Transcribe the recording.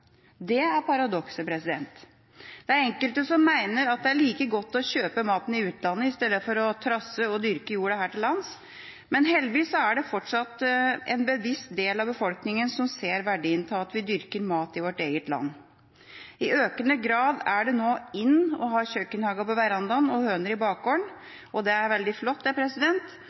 Det er et paradoks. Det er enkelte som mener at det er like godt å kjøpe maten i utlandet som å trasse å dyrke jorda her til lands, men heldigvis er det fortsatt en bevisst del av befolkningen som ser verdien av at vi dyrker mat i vårt eget land. I økende grad er det nå in å ha kjøkkenhage på verandaen og høner i bakgården. Det er veldig flott, og det